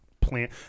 plant